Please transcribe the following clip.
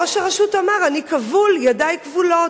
ראש הרשות אמר, אני כבול, ידי כבולות,